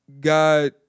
God